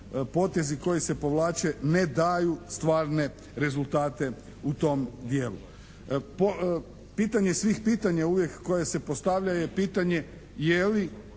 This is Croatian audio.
potez i koji se povlače ne daju stvarne rezultate u tom dijelu. Pitanje svih pitanja uvijek je pitanje je li